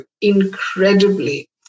incredibly